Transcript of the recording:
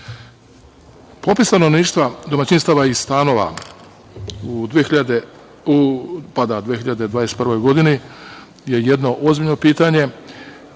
stanovništva, domaćinstava i stanova u 2021. godini je jedno ozbiljno pitanje